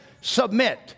submit